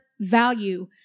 value